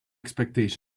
expectations